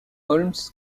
holmes